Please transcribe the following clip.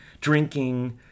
drinking